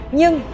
Nhưng